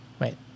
Wait